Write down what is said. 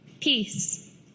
peace